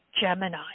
Gemini